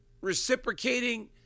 reciprocating